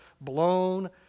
blown